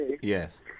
Yes